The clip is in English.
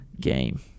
game